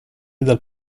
dal